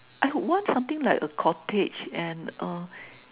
I want something like a cottage and uh